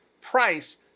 price